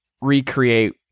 recreate